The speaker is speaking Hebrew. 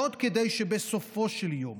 כדי שבסופו של יום